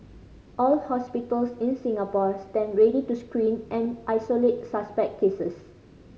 all hospitals in Singapore stand ready to screen and isolate suspect cases